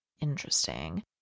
Interesting